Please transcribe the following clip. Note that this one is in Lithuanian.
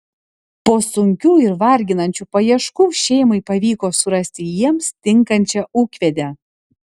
po sunkių ir varginančių paieškų šeimai pavyko surasti jiems tinkančią ūkvedę